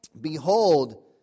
Behold